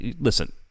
listen